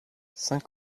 saint